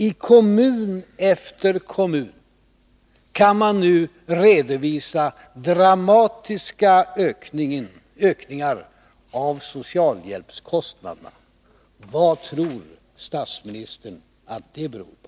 I kommun efter kommun kan man nu redovisa dramatiska ökningar av socialhjälpskostnaderna. Vad tror statsministern att det beror på?